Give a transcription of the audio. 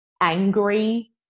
angry